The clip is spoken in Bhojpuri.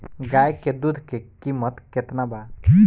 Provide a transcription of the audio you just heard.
गाय के दूध के कीमत केतना बा?